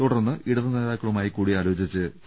തുടർന്ന് ഇടത് നേതാക്കളുമായി കൂടിയാലോചിച്ച് കെ